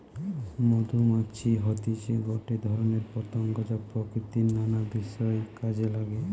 মধুমাছি হতিছে গটে ধরণের পতঙ্গ যা প্রকৃতির নানা বিষয় কাজে নাগে